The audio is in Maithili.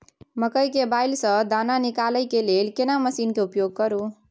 मकई के बाईल स दाना निकालय के लेल केना मसीन के उपयोग करू?